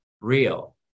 real